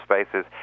spaces